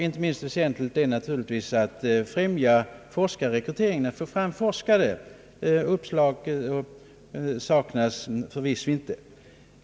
Inte minst väsentligt är naturligtvis att främja forskarrekryteringen; uppslag i det avseendet saknas förvisso inte.